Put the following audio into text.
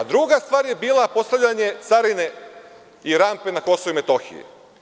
Druga stvar je bila postavljanje carine i rampe na Kosovu i Metohiji.